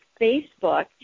Facebook